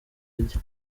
ajya